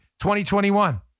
2021